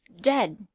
dead